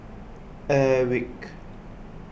Airwick